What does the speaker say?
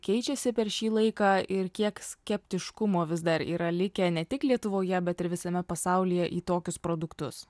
keičiasi per šį laiką ir kiek skeptiškumo vis dar yra likę ne tik lietuvoje bet ir visame pasaulyje į tokius produktus